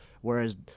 whereas